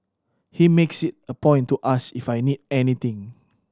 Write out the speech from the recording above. he makes it a point to ask if I need anything